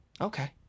Okay